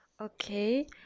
Okay